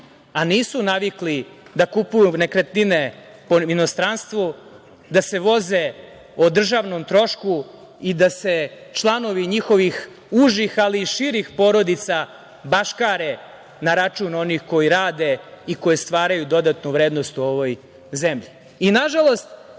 a nisu navikli da kupuju nekretnine po inostranstvu, da se voze o državnom trošku i da se članovi njihovih užih, ali i širih porodica baškare na račun onih koji rade i koji stvaraju dodatnu vrednost u ovoj zemlji. Nažalost,